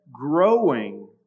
growing